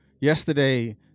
yesterday